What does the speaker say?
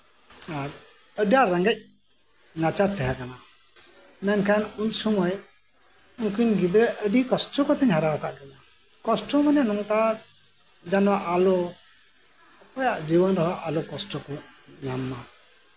ᱟᱨ ᱟᱹᱰᱤ ᱟᱸᱴ ᱨᱮᱜᱮᱪ ᱱᱟᱪᱟᱨ ᱛᱟᱸᱦᱮ ᱠᱟᱱᱟ ᱢᱮᱱᱠᱷᱟᱱ ᱩᱱᱥᱚᱢᱚᱭ ᱩᱱᱠᱤᱱ ᱜᱤᱫᱽᱨᱟᱹ ᱟᱹᱰᱤ ᱠᱚᱥᱴᱚ ᱠᱟᱛᱮᱜ ᱤᱧ ᱦᱟᱨᱟᱣ ᱠᱟᱜ ᱠᱤᱱᱟ ᱠᱚᱥᱴᱚ ᱢᱟᱱᱮ ᱱᱚᱝᱠᱟ ᱟᱞᱚ ᱚᱠᱚᱭᱟᱜ ᱡᱤᱵᱚᱱ ᱨᱮᱦᱚᱸ ᱟᱞᱚ ᱠᱚᱥᱴᱚ ᱠᱚ ᱧᱟᱢ ᱢᱟ